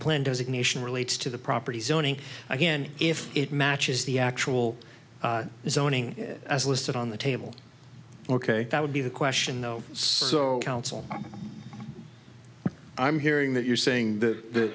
plan does it nation relates to the property zoning again if it matches the actual zoning as listed on the table ok that would be the question though so council i'm hearing that you're saying that